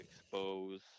expose